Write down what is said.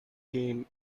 came